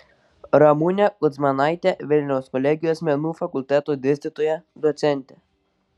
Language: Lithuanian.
ramunė kudzmanaitė vilniaus kolegijos menų fakulteto dėstytoja docentė